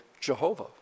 Jehovah